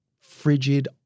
frigid